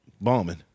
bombing